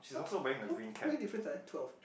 how many difference twelve